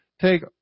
take